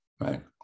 right